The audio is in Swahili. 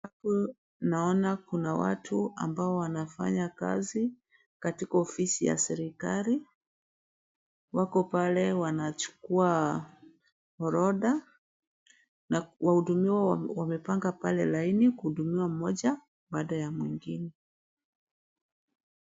Hapo naona kuna watu ambao wanafanya kazi katika ofisi ya serikali wako pale wanachukua orodha na wahudumiwa wamepanga pale laini kuhudumiwa mmoja baada ya mwengine.